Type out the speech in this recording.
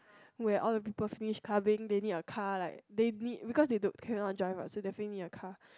where all the people finish clubbing they need a car like they need because they don't cannot drive what so definitely need a car